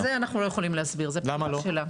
זה אנחנו לא יכולים להסביר, זה בחירה שלה.